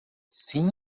sim